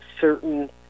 certain